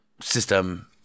system